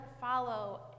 follow